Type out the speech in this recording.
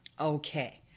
okay